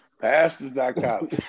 Pastors.com